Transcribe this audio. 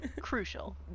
crucial